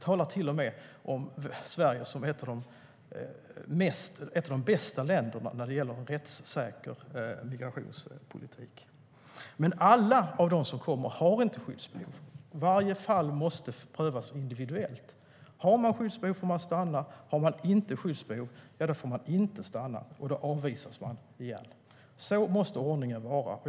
Man talar till och med om Sverige som ett av de bästa länderna när det gäller en rättssäker migrationspolitik. Men alla som kommer har inte skyddsbehov. Varje fall måste prövas individuellt. Har man skyddsbehov får man stanna. Har man inte skyddsbehov får man inte stanna, och då avvisas man igen. Så måste ordningen vara.